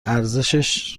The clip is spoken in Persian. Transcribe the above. ارزشش